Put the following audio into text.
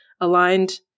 aligned